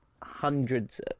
hundreds